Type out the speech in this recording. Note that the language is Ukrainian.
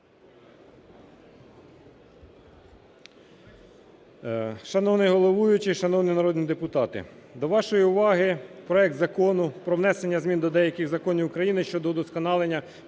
Шановний головуючий, шановні народні депутати! До вашої уваги проект Закону про внесення змін до деяких законів України щодо удосконалення